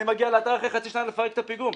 אני מגיע לאתר אחרי חצי שנה לפרק את הפיגום,